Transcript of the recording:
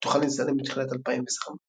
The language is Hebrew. שמתוכנן להצטלם בתחילת 2025,